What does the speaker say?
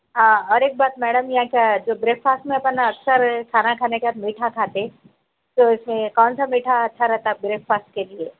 ہاں اور ایک بات میڈم یہاں کا جو بریک فاسٹ میرے کو نا اچھا رہے کھانا کھانے کے بعد میٹھا کھاتے تو اس میں کون سا میٹھا اچھا رہتا بریک فاسٹ کے لیے